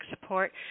support